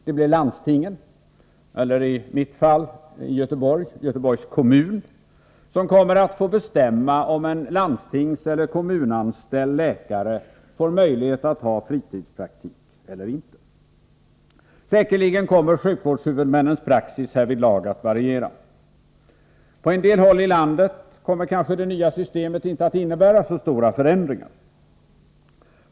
Det blir landstingen, eller Göteborgs kommun i mitt fall, som kommer att få bestämma om en landstingseller kommunanställd läkare får möjlighet att ha fritidspraktik eller inte. Säkerligen kommer sjukvårdshuvudmännens praxis härvidlag att variera. På en del håll i landet kommer det nya systemet kanske inte att innebära så stora förändringar.